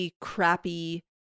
crappy